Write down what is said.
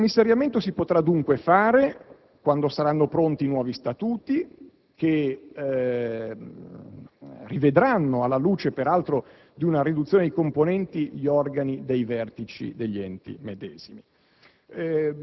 Il commissariamento si potrà dunque fare quando saranno pronti i nuovi statuti che rivedranno, alla luce peraltro di una riduzione dei componenti, gli organi dei vertici degli enti medesimi.